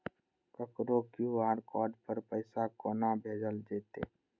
ककरो QR code पर पैसा कोना भेजल जेतै?